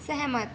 सहमत